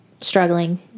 struggling